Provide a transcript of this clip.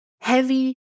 heavy